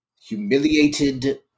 humiliated